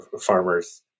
farmers